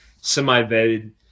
semi-vetted